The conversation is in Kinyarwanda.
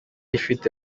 ifite